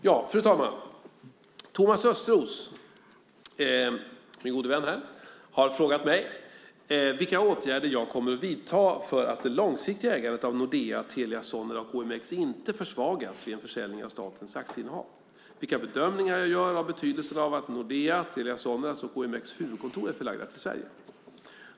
Fru talman! Thomas Östros, min gode vän här, har frågat mig vilka åtgärder jag kommer att vidta för att det långsiktiga ägandet av Nordea, Telia Sonera och OMX inte försvagas vid en försäljning av statens aktieinnehav och vilka bedömningar jag gör av betydelsen av att Nordeas, Telia Soneras och OMX huvudkontor är förlagda till Sverige.